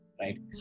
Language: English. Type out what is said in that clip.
right